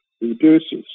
reduces